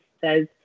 says